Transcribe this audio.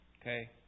okay